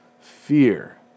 fear